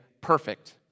Perfect